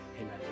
Amen